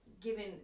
given